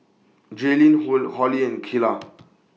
Jaylin Hor Holli and Keila